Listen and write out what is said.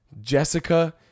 Jessica